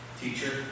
teacher